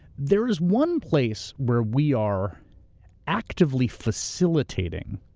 there is one place where we are actively facilitating